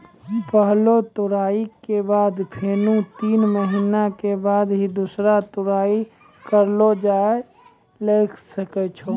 पहलो तुड़ाई के बाद फेनू तीन महीना के बाद ही दूसरो तुड़ाई करलो जाय ल सकै छो